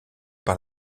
par